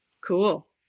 Cool